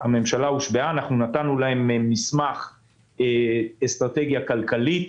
שהממשלה הושבעה נתנו לה מסמך אסטרטגיה כלכלית,